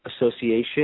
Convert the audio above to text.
Association